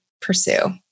pursue